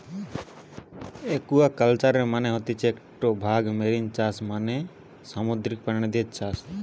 একুয়াকালচারের মানে হতিছে একটো ভাগ মেরিন চাষ মানে সামুদ্রিক প্রাণীদের চাষ